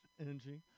energy